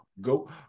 go